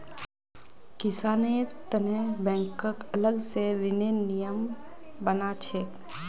किसानेर तने बैंकक अलग स ऋनेर नियम बना छेक